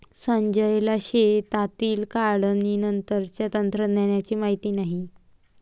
संजयला शेतातील काढणीनंतरच्या तंत्रज्ञानाची माहिती नाही